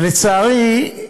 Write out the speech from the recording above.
ולצערי,